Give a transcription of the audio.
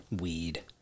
Weed